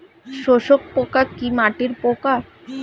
শোষক পোকা কি মাটির পোকা?